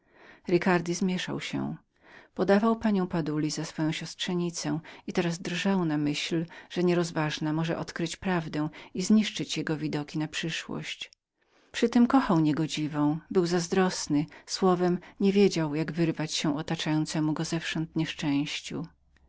ricardi zmieszał się przedstawił był panią baduli jako swoją siostrzenicę i teraz drżał myśląc że nierozważna w chwili szału może odkryć prawdę i zniszczyć jego widoki na przyszłość przytem kochał niegodziwą był zazdrosnym słowem nie wiedział jak wyrwać się zewsząd otaczającamu go nieszczęściu